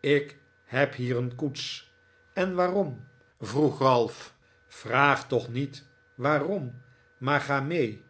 ik heb hier een koets en waarom vroeg ralph vraag toch niet waarom maar ga mee